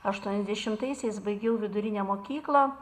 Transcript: aštuoniasdešimtaisiais baigiau vidurinę mokyklą